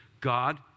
God